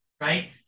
right